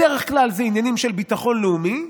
בדרך כלל זה עניינים של ביטחון לאומי,